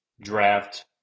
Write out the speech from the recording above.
draft